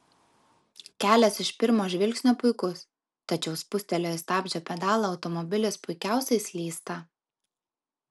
kelias iš pirmo žvilgsnio puikus tačiau spustelėjus stabdžio pedalą automobilis puikiausiai slysta